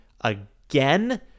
again